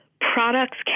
products